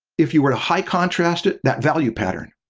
if you were to high contrast it, that value pattern.